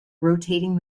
rotating